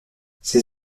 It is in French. ses